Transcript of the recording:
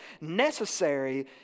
necessary